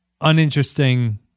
uninteresting